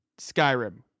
Skyrim